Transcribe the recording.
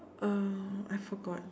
uh I forgot